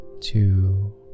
two